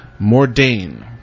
Mordane